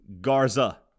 Garza